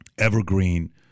Evergreen